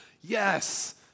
Yes